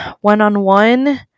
one-on-one